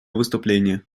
выступление